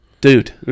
Dude